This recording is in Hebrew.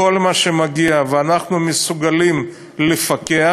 כל מה שמגיע ואנחנו מסוגלים לפקח,